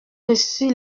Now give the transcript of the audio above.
reçut